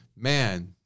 man